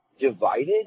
divided